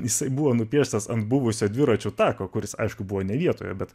jisai buvo nupieštas ant buvusio dviračių tako kuris aišku buvo ne vietoje bet